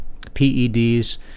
PEDs